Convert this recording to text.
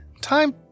Time